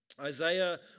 Isaiah